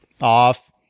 off